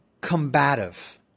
combative